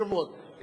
חשוב מאוד.